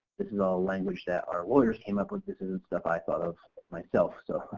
this is all language that our lawyers came up with, this isn't stuff i thought of myself so.